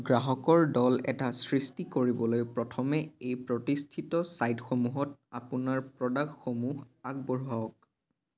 গ্ৰাহকৰ দল এটা সৃষ্টি কৰিবলৈ প্ৰথমে এই প্ৰতিষ্ঠিত চাইটসমূহত আপোনাৰ প্ৰ'ডাক্টসমূহ আগবঢ়াওক